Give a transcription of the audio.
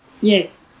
Yes